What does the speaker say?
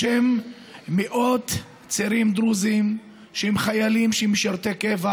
בשם מאות צעירים דרוזים שהם חיילים שמשרתים בקבע